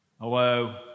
Hello